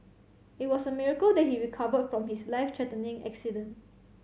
it was a miracle that he recover from his life threatening accident